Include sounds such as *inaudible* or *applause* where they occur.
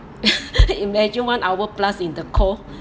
*laughs* imagine one hour plus in the cold